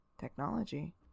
technology